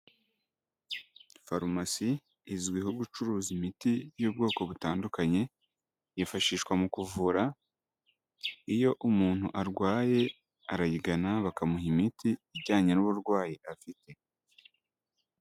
Farumasi izwiho gucuruza imiti y'ubwoko butandukanye, yifashishwa mu kuvura iyo umuntu arwaye arayigana bakamuha imiti ijyanye n'uburwayi afite.